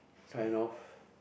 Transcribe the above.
kind of